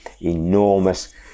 enormous